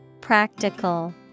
Practical